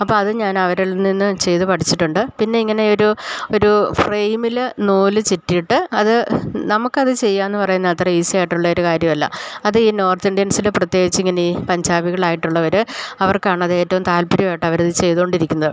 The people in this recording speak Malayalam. അപ്പം അത് ഞാൻ അവരിൽ നിന്ന് ചെയ്ത് പഠിച്ചിട്ടുണ്ട് പിന്നെ ഇങ്ങനെയൊരു ഒരു ഫ്രെയ്മിൽ നൂല് ചുറ്റിയിട്ട് അത് നമുക്ക് അത് ചെയ്യാന്ന് പറയ്ന്നത് അത്ര ഈസിയായിട്ടുള്ള ഒരു കാര്യമല്ല അത് ഈ നോർത്തിന്ത്യൻസിൽ പ്രത്യേകിച്ച് ഇങ്ങനെ പഞ്ചാബികളായിട്ടുള്ളവർ അവർക്കാണത് ഏറ്റവും താല്പര്യമായിട്ടവർ അത് ചെയ്തോണ്ടിരിക്കുന്നത്